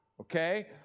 okay